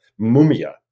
mumia